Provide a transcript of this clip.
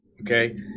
okay